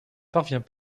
parvient